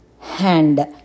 hand